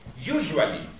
usually